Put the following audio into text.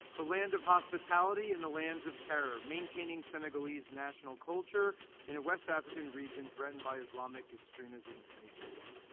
the land of hospitality and the lands of terror maintaining senegalese national culture in a west african region threatened by islamic extremism and ebola.